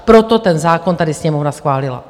Proto ten zákon tady Sněmovna schválila.